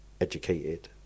educated